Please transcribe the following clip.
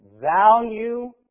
value